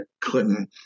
Clinton